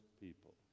people